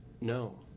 No